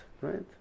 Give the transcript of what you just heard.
right